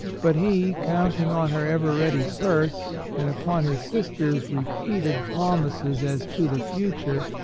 but he, counting on her ever ready purse, and upon his sister's repeated promises as to the future,